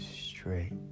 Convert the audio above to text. straight